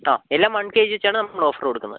ആ എല്ലാം one KG ജി വെച്ചാണ് നമ്മൾ ഓഫർ കൊടുക്കുന്നത്